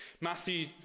Matthew